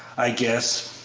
i guess.